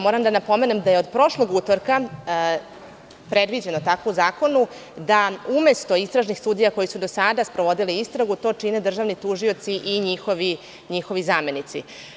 Moram da napomenem da je od prošlog utorka predviđeno tako u zakonu, da umesto istražnih sudija koje su do sada sprovodile istragu, to čine državni tužioci i njihovi zamenici.